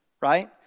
right